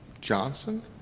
Johnson